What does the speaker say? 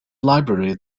library